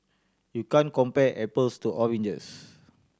you can't compare apples to oranges